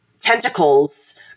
tentacles